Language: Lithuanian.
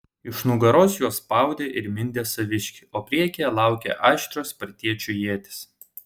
iš nugaros juos spaudė ir mindė saviškiai o priekyje laukė aštrios spartiečių ietys